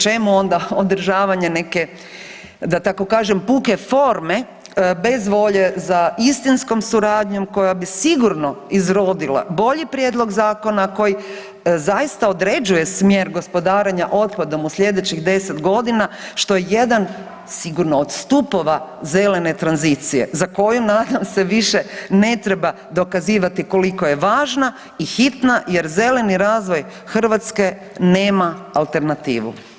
Čemu onda održavanje neke, da tako kažem, puke forme bez volje za istinskom suradnjom koja bi sigurno izrodila bolji prijedlog zakona koji zaista određuje smjer gospodarenja otpadom u sljedećih 10 godina, što je jedan sigurno od stupova zelene tranzicije, za koju, nadam se, više ne treba dokazivati koliko je važna i hitna jer zeleni razvoj Hrvatske nema alternativu.